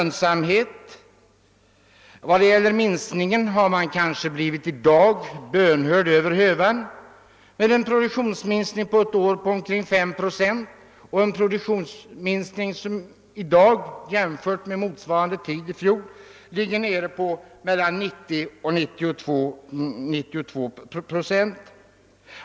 När det gäller minskningen har man i dag kanske blivit bönhörd över hövan med en produktionsminskning på ett år med 5 procent; jämfört med föregående år har produktionen i dagsläget minskat till 90 å 92 procent.